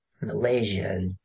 Malaysia